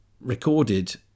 recorded